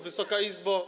Wysoka Izbo!